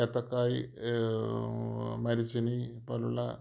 ഏത്തക്കായ് മരച്ചീനി പോലുള്ള